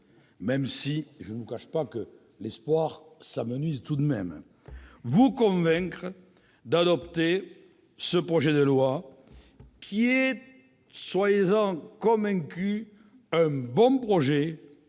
même si, je ne vous le cache pas, mon espoir s'amenuise, vous convaincre d'adopter ce projet de loi, qui est, soyez-en convaincus, un bon texte,